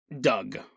Doug